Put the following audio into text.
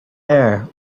air